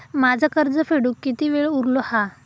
माझा कर्ज फेडुक किती वेळ उरलो हा?